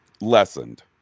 Lessened